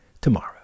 tomorrow